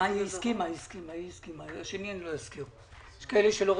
אני לא בקשר עם הבת ועם הנכדים שלי רק בגלל קבוצה שהמציאה לעצמה